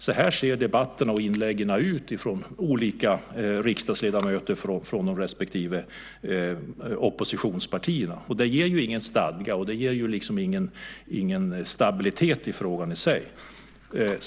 Så ser debatten och inläggen ut från olika riksdagsledamöter från de respektive oppositionspartierna. Det ger ju ingen stadga, och det ger ingen stabilitet åt frågan i sig.